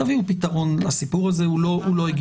תביאו פתרון, הסיפור הזה לא הגיוני.